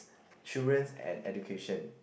children and education